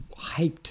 hyped